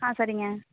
ஆ சரிங்க